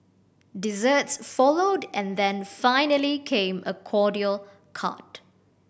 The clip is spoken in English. desserts followed and then finally came a cordial cart